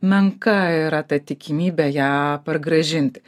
menka yra ta tikimybė ją pargražinti